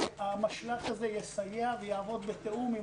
המשל"ט הזה יסייע ויעבוד בתיאום עם